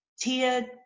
Tia